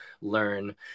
learn